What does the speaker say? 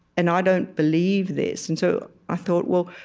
and i don't believe this. and so i thought, well,